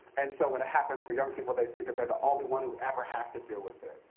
and so when it happens for young people, they think that they're the only one who ever has to deal with it.